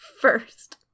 first